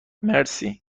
مرسی